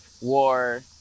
war